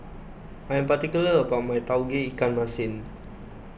I am particular about my Tauge Ikan Masin